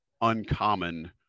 uncommon